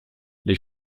les